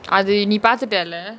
அது நீ பாத்துடல:athu nee paathutala